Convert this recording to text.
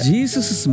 Jesus